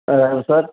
అది అవును సార్